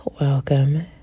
welcome